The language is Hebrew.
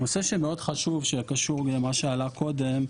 נושא מאוד חשוב שקשור למה שעלה קודם,